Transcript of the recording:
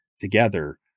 together